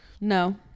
No